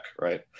right